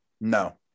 No